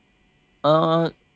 uh